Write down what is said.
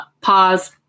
pause